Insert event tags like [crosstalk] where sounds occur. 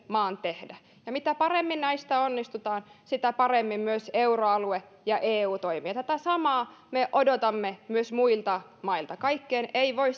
maan tehdä mitä paremmin näissä onnistutaan sitä paremmin myös euroalue ja eu toimivat ja tätä samaa me odotamme myös muilta mailta kaikkeen ei voi [unintelligible]